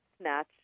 snatch